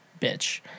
bitch